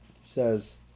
says